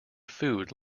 food